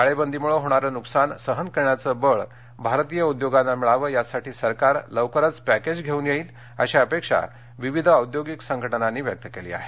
टाळेबंदीमुळे होणारं नुकसान सहन करण्याचं बळ भारतीय उद्योगांना मिळावं यासाठी सरकार लवकरच पॅकेज घेऊन येईल अशी अपेक्षा विविध औद्योगिक संघटनांनी व्यक्त केली आहे